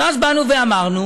ואז באנו ואמרנו: